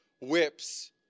whips